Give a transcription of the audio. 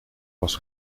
was